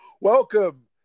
Welcome